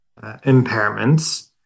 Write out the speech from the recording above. impairments